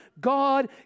God